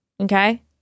Okay